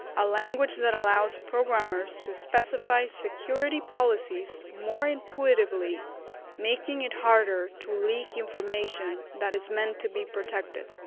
a language that allows programmers to specify security policies more intuitively making it harder to leak information that is meant to be protected.